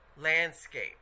landscape